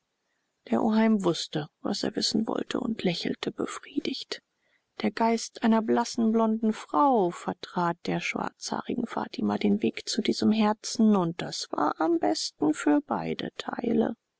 der oheim wußte was er wissen wollte und lächelte befriedigt der geist einer blassen blonden frau vertrat der schwarzhaarigen fatima den weg zu diesem herzen und das war am besten für beide teile